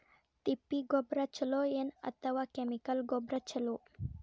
ತಿಪ್ಪಿ ಗೊಬ್ಬರ ಛಲೋ ಏನ್ ಅಥವಾ ಕೆಮಿಕಲ್ ಗೊಬ್ಬರ ಛಲೋ?